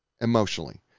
emotionally